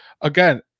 again